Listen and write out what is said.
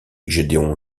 gédéon